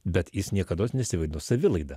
bet jis niekados nesivadino savilaida